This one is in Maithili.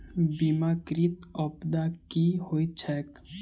बीमाकृत आपदा की होइत छैक?